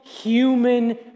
human